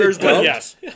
Yes